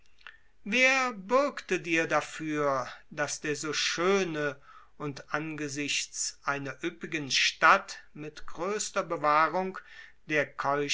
wer bürgte dir dafür daß der so schöne und angesichts einer üppigen stadt mir größter bewahrung der